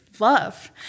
love